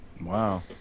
Wow